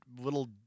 little